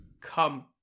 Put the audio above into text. come